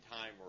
time